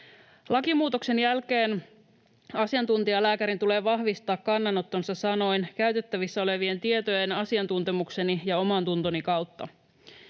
Lakimuutoksen jälkeen asiantuntijalääkärin tulee vahvistaa kannanottonsa sanoin ”käytettävissä olevien tietojen, asiantuntemukseni ja omantuntoni kautta”.